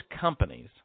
companies